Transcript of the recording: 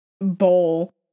bowl